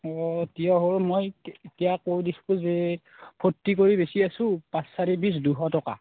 অঁ তিয়ঁহো মই এতিয়া কৈ দিছোঁ যে ফৰ্টি কৰি বেছি আছোঁ পাঁচ চাৰি বিছ দুশ টকা